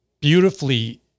beautifully